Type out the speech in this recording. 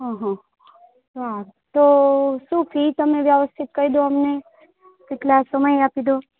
હં હં તો શું ફી તમે વ્યવસ્થિત કહી દો અને કેટલો સમય આપી દો